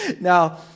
Now